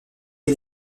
est